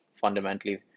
fundamentally